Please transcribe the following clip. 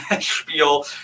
spiel